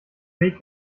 weg